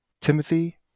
Timothy